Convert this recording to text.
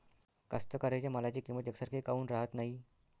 कास्तकाराइच्या मालाची किंमत यकसारखी काऊन राहत नाई?